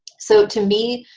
so to me,